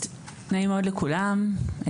אז נעים מאוד לכולם,